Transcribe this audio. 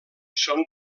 són